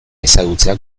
ezagutzea